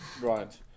Right